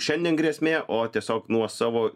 šiandien grėsmė o tiesiog nuo savo